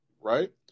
right